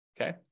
okay